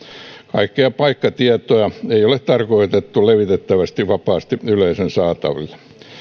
kaikkea paikkatietoa ei ole tarkoitettu levitettäväksi vapaasti yleisön saataville